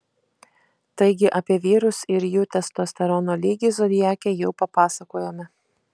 taigi apie vyrus ir jų testosterono lygį zodiake jau papasakojome